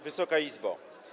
Wysoka Izbo!